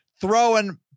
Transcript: throwing